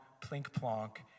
plink-plonk